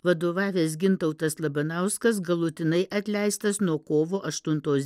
vadovavęs gintautas labanauskas galutinai atleistas nuo kovo aštuntos